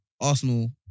Arsenal